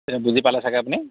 এতিয়া বুজি পালে চাগৈ আপুনি